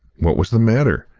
what was the matter?